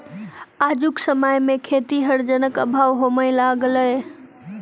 आजुक समय मे खेतीहर जनक अभाव होमय लगलै